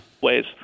ways